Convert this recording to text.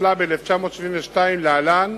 התשל"ב 1972 (להלן,